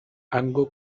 hango